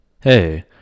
Hey